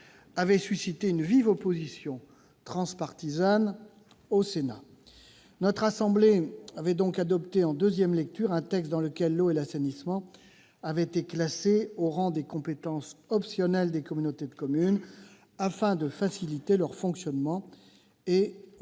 avait suscité une vive opposition transpartisane au Sénat. Notre assemblée avait donc adopté en deuxième lecture un texte dans lequel l'eau et l'assainissement avaient été classés au rang des compétences optionnelles des communautés de communes, afin de faciliter leur fonctionnement et au nom